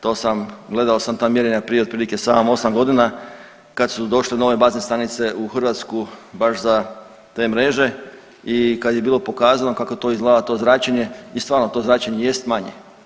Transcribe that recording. To sam, gledao sam ta mjerenja prije otprilike 7-8 godina kad su došle nove bazne stanice u Hrvatsku baš za te mreže i kad je bilo pokazano kako to izgleda to zračenje i stvarno to zračenje jest manje.